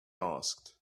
asked